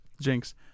Jinx